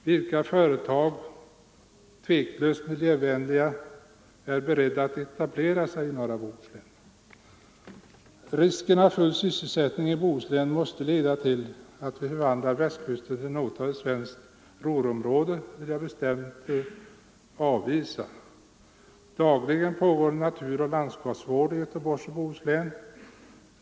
Vilka företag —- tveklöst miljövänliga — är beredda att etablera sig i norra Bohuslän? Risken att full sysselsättning i Bohuslän måste leda till att vi förvandlar Västkusten till något av ett svenskt Ruhrområde vill jag bestämt avvisa. Dagligen pågår naturoch landskapsvård i Göteborgs och Bohus län.